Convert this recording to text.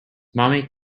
mommy